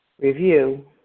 review